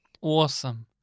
Awesome